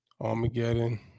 Armageddon